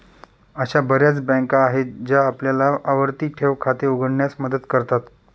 अशा बर्याच बँका आहेत ज्या आपल्याला आवर्ती ठेव खाते उघडण्यास मदत करतात